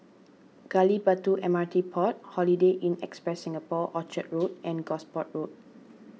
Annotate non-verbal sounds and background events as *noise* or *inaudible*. Gali Batu M R T pot Holiday Inn Express Singapore Orchard *noise* Road and Gosport Road